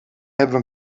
hebben